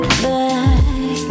back